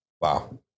Wow